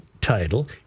title